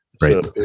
Right